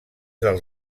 del